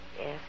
Yes